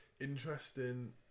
Interesting